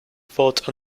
vote